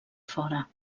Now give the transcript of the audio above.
fora